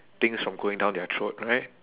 things from going down their throat right